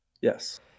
Yes